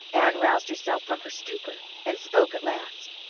ann roused herself from her stupour and spoke at last.